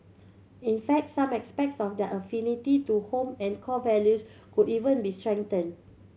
in fact some aspects of their affinity to home and core values could even be strengthened